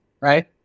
right